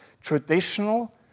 traditional